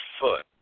foot